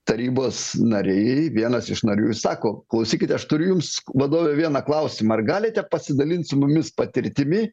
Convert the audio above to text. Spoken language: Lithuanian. tarybos nariai vienas iš narių ir sako klausykit aš turiu jums vadove vieną klausimą ar galite pasidalint su mumis patirtimi